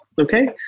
Okay